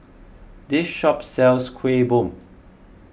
this shop sells Kuih Bom